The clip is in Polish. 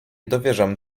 dowierzam